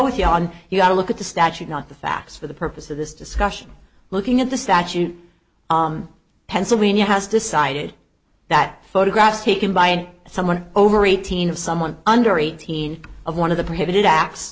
with you on your look at the statute not the facts for the purpose of this discussion looking at the statute pennsylvania has decided that photographs taken by someone over eighteen of someone under eighteen of one of the private